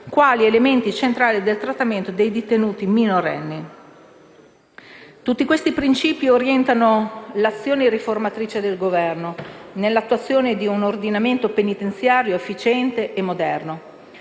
quali elementi centrali del trattamento dei detenuti minorenni. Tutti questi principi orienteranno l'azione riformatrice del Governo nell'attuazione di un ordinamento penitenziario efficiente e moderno.